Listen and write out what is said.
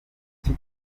cye